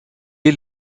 est